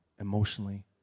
emotionally